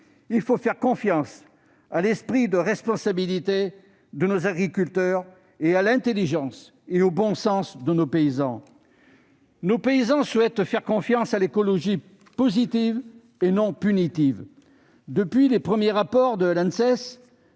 il faut faire confiance à l'esprit de responsabilité de nos agriculteurs et à l'intelligence et au bon sens de nos paysans. Très bien ! Ceux-ci souhaitent faire confiance à l'écologie positive et non punitive : depuis les premiers rapports de l'Anses,